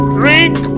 drink